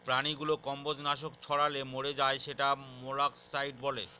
প্রাণীগুলো কম্বজ নাশক ছড়ালে মরে যায় সেটা মোলাস্কাসাইড